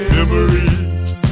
Memories